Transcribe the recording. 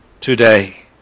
today